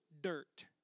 dirt